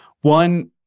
One